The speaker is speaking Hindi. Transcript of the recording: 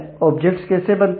ऑब्जेक्ट्स कैसे बनते हैं